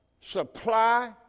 supply